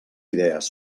idees